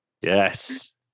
Yes